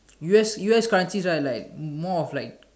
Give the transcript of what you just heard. U_S U_S countries right like m~ more of like